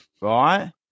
right